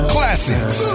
Classics